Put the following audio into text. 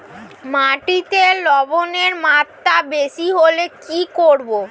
মাটিতে লবণের মাত্রা বেশি হলে কি করব?